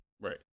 Right